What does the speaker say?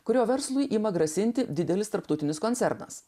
kurio verslui ima grasinti didelis tarptautinis koncernas